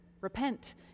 repent